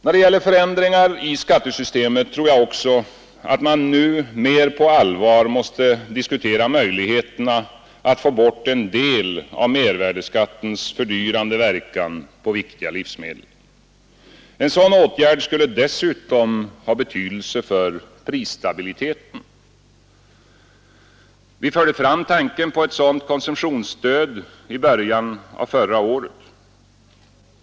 När det gäller förändringar i skattesystemet tror jag också att man nu mer på allvar måste diskutera möjligheterna att få bort en del av mervärdeskattens fördyrande verkan på viktiga livsmedel. En sådan åtgärd skulle dessutom ha betydelse för prisstabiliteten. Vi förde fram tanken på ett sådant konsumtionsstöd i början av förra året.